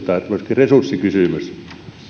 resurssikysymys